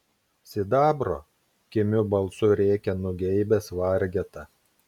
sidabro kimiu balsu rėkia nugeibęs vargeta